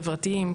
חברתיים,